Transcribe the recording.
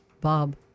Bob